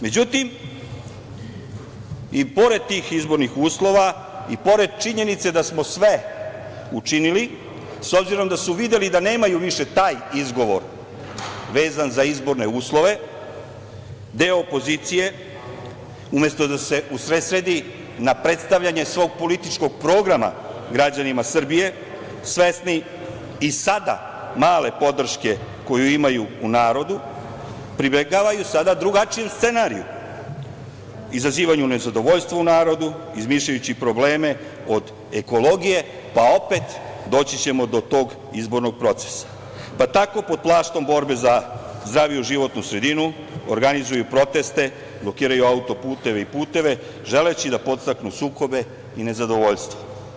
Međutim, i pored tih izbornih uslova i pored činjenice da smo sve učinili, s obzirom da su videli da nemaju više taj izgovor vezan za izborne uslove, deo opozicije umesto da se usredsredi na predstavljanje svog političkog programa građanima Srbije, svesni i sada male podrške koju imaju u narodu, pribegavaju sada drugačijim scenarijima - izazivanju nezadovoljstva u narodu, izmišljajući probleme od ekologije, pa opet doći ćemo do tog izbornog procesa i tako pod plaštom borbe za zdraviju životnu sredinu organizuju proteste, blokiraju auto-puteve i puteve, želeći da podstaknu sukobe i nezadovoljstvo.